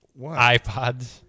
iPods